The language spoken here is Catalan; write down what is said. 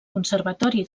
conservatori